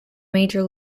major